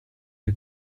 che